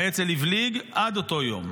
האצ"ל הבליג עד אותו יום,